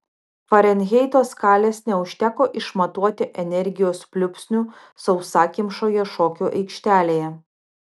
farenheito skalės neužteko išmatuoti energijos pliūpsnių sausakimšoje šokių aikštelėje